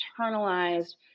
internalized